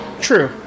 true